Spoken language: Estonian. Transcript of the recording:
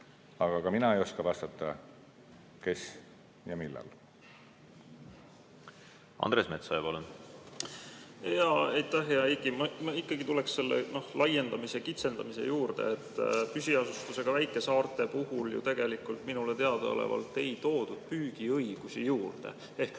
Aga ka mina ei oska vastata, kes ja millal [midagi teeb]. Andres Metsoja, palun! Aitäh! Hea Heiki! Ma ikkagi tuleks selle laiendamise ja kitsendamise juurde. Püsiasustusega väikesaarte puhul ju tegelikult minule teadaolevalt ei toodud püügiõigusi juurde ehk